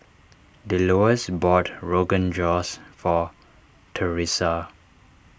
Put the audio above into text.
Delois bought Rogan Josh for theresa